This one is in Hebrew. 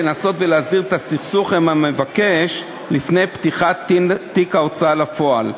לנסות ולהסדיר את הסכסוך עם המבקש לפני פתיחת תיק ההוצאה לפועל,